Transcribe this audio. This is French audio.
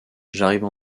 j’arrive